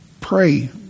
pray